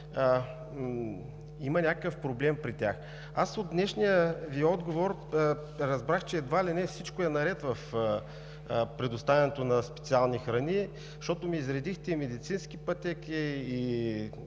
има някакъв проблем при тях. От днешния Ви отговор разбрах, че едва ли не всичко е наред в предоставянето на специални храни, защото ми изредихте и медицински пътеки,